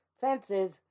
fences